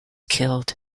killed